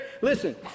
Listen